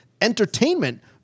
entertainment